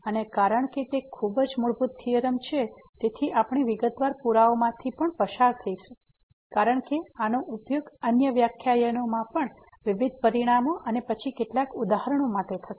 અને કારણ કે તે ખૂબ જ મૂળભૂત થીયોરમ છે તેથી આપણે વિગતવાર પુરાવાઓમાંથી પણ પસાર થઈશું કારણ કે આનો ઉપયોગ અન્ય વ્યાખ્યાનોમાં વિવિધ પરિણામો અને પછી કેટલાક ઉદાહરણો માટે થશે